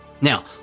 Now